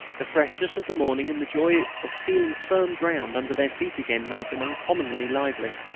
the freshness of the morning and the joy of feeling firm ground under their feet again made them uncommonly lively.